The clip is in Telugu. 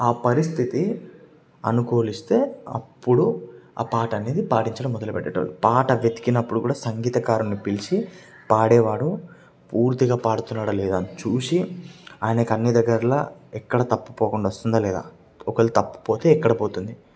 ఆ పరిస్థితి అనుకూలిస్తే అప్పుడు అ పాట అనేది పాడించటం మొదలు పెట్టేటి వాళ్లు పాట వెతికినప్పుడు కూడ సంగీతకారుని పిలిచి పాడేవాడు పూర్తిగా పాడుతున్నాడా లేదా చూసి ఆయనకి అన్ని దగ్గర్ల ఎక్కడా తప్పు పోకుండా వస్తుందా లేదా ఒకేలా తప్పు పోతే ఎక్కడ పోతుంది